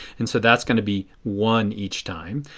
and so that going to be one each time.